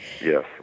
Yes